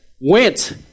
went